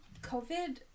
COVID